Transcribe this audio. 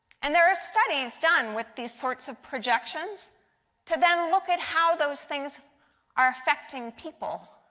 and there are studies done with these sorts of projections to then look at how those things are affecting people.